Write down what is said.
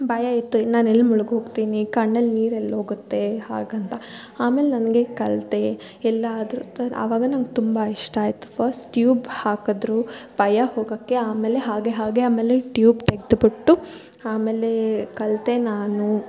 ಭಯ ಇತ್ತು ನಾನು ಎಲ್ಲಿ ಮುಳುಗ್ಹೋಗ್ತಿನಿ ಕಣ್ಣಲ್ಲಿ ನೀರು ಎಲ್ಲೋಗತ್ತೆ ಹಾಗಂತ ಆಮೇಲ್ ನನಗೆ ಕಲಿತೆ ಎಲ್ಲಾದರು ಆವಾಗ ನಂಗೆ ತುಂಬ ಇಷ್ಟ ಆಯಿತು ಫಸ್ಟ್ ಟ್ಯೂಬ್ ಹಾಕಿದ್ರು ಭಯ ಹೋಗಕ್ಕೆ ಆಮೇಲೆ ಹಾಗೆ ಹಾಗೇ ಆಮೇಲೆ ಟ್ಯೂಬ್ ತೆಗೆದ್ಬಿಟ್ಟು ಆಮೇಲೇ ಕಲಿತೆ ನಾನು